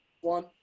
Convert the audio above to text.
one